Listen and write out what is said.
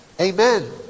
amen